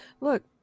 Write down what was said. look